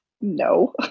No